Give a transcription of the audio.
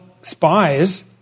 spies